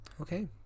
Okay